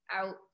out